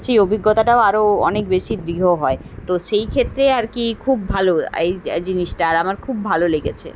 সেই অভিজ্ঞতাটাও আরও অনেক বেশি দৃহ হয় তো সেই ক্ষেত্রে আর কি খুব ভালো এই জিনিসটা আর আমার খুব ভালো লেগেছে